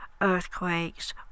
earthquakes